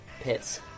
pits